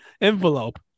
envelope